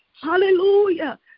Hallelujah